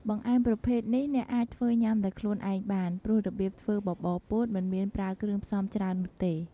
បង្អែមប្រភេទនេះអ្នកអាចធ្វើញ៉ាំដោយខ្លួនឯងបាន ព្រោះរបៀបធ្វើបបរពោតមិនមានប្រើគ្រឿងផ្សំច្រើននោះទេ។